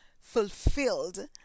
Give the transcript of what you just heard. fulfilled